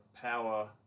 power